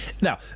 Now